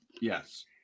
Yes